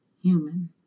human